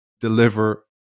deliver